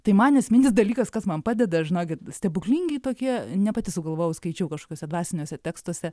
tai man esminis dalykas kas man padeda žinokit stebuklingi tokie ne pati sugalvojau skaičiau kažkokiuose dvasiniuose tekstuose